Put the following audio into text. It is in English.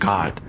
God